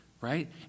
right